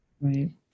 Right